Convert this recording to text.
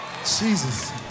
Jesus